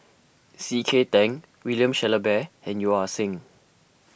C K Tang William Shellabear and Yeo Ah Seng